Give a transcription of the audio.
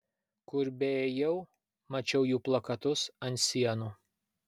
kur beėjau mačiau jų plakatus ant sienų